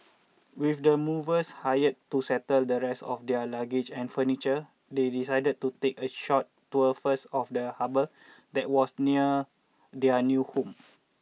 with the movers hired to settle the rest of their luggage and furniture they decided to take a short tour first of the harbor that was near their new home